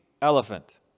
elephant